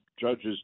judges